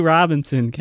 Robinson